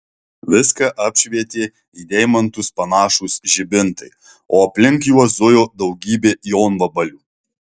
viską apšvietė į deimantus panašūs žibintai o aplink juos zujo daugybė jonvabalių